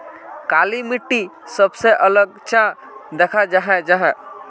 काली मिट्टी सबसे अलग चाँ दिखा जाहा जाहा?